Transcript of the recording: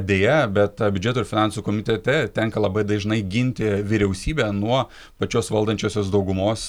deja bet biudžeto ir finansų komitete tenka labai dažnai ginti vyriausybę nuo pačios valdančiosios daugumos